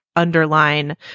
Underline